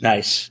Nice